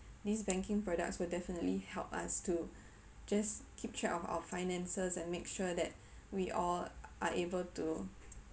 these banking products will definitely help us to just keep track of our finances and make sure that we all are able to